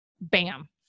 bam